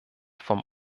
vom